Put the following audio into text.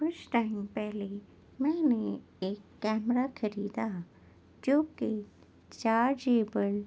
کچھ ٹائم پہلے میں نے ایک کیمرا خریدا جو کہ چارجیبل